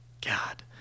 god